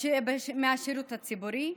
מהשירות הציבורי,